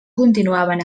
continuaven